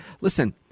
Listen